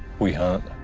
we hunt,